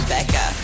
Becca